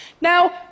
Now